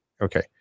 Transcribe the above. Okay